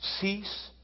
Cease